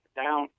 down